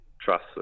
trust